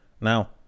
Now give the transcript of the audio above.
Now